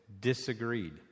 disagreed